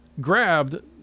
grabbed